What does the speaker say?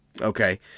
Okay